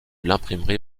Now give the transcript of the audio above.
l’imprimerie